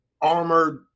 armored